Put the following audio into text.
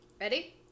Ready